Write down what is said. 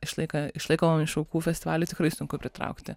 išlaika išlaikomi festivalį tikrai sunku pritraukti